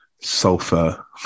sulfur